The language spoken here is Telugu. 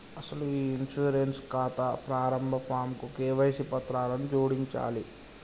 అసలు ఈ ఇన్సూరెన్స్ ఖాతా ప్రారంభ ఫాంకు కేవైసీ పత్రాలను జోడించాలి